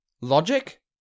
Logic